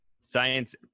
Science